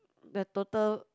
the total